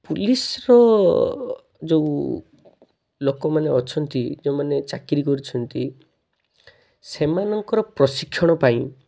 ପୁଲିସର ଯେଉଁ ଲୋକମାନେ ଅଛନ୍ତି ଯେଉଁମାନେ ଚାକିରୀ କରିଛନ୍ତି ସେମାନଙ୍କର ପ୍ରଶିକ୍ଷଣ ପାଇଁ